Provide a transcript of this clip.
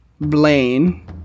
Blaine